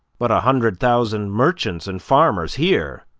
but a hundred thousand merchants and farmers here,